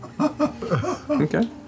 Okay